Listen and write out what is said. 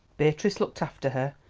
beatrice looked after her,